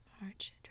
March